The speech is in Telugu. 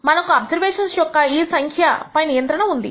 మనకు అబ్జర్వేషన్స్ ఈ యొక్క సంఖ్య పై నియంత్రణ ఉంది